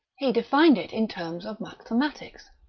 he defined it in terms of mathematics.